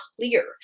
clear